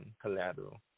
collateral